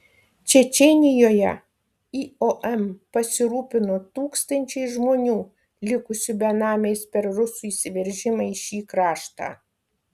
čečėnijoje iom pasirūpino tūkstančiais žmonių likusių benamiais per rusų įsiveržimą į šį kraštą